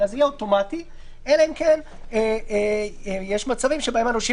תמונה מלאה על המצב הכלכלי כדי שיחליטו האם הם הולכים